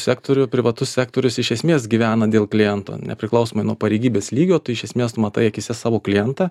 sektorių privatus sektorius iš esmės gyvena dėl kliento nepriklausomai nuo pareigybės lygio tu iš esmės matai akyse savo klientą